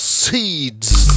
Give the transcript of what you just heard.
seeds